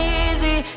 easy